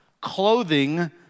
Clothing